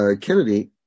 Kennedy